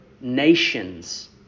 nations